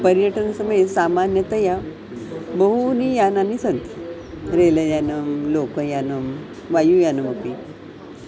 पर्यटनसमये सामान्यतया बहूनि यानानि सन्ति रेलयानं लोकयानं वायुयानमपि